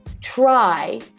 try